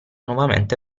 nuovamente